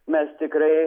mes tikrai